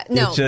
no